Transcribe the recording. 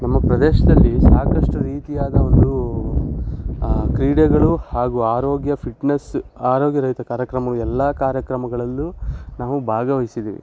ನಮ್ಮ ಪ್ರದೇಶದಲ್ಲಿ ಸಾಕಷ್ಟು ರೀತಿಯಾದ ಒಂದು ಕ್ರೀಡೆಗಳು ಹಾಗೂ ಆರೋಗ್ಯ ಫಿಟ್ನೆಸ್ ಆರೋಗ್ಯ ರಹಿತ ಕಾರ್ಯಕ್ರಮ ಎಲ್ಲ ಕಾರ್ಯಕ್ರಮಗಳಲ್ಲೂ ನಾವು ಭಾಗವಹ್ಸಿದ್ದೀವಿ